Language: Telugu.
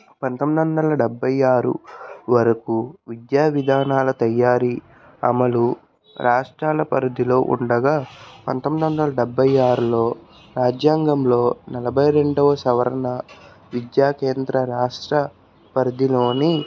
పంతొమ్మిదొందల డెబ్భై ఆరు వరుకు విద్యా విధానాల తయారీ అమలు రాష్ట్రాల పరిధిలో ఉండగా పంతొమ్మిదొందల డెబ్భై ఆరులో రాజ్యాంగంలో నలభై రెండవ సవరణ విద్యా కేంద్ర రాష్ట్ర పరిధిలోని